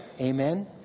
Amen